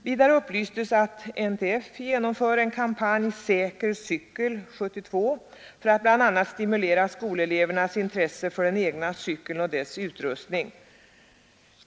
Vidare upplystes att NTF genomförde en kampanj Säker cykel 72 för att bl.a. stimulera skolelevernas intresse för den egna cykeln och dess utrustning.